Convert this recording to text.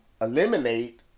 eliminate